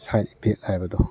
side effect ꯍꯥꯏꯕꯗꯣ